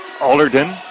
Alderton